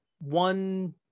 one